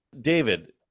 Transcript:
David